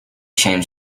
changed